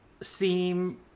seem